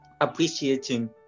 appreciating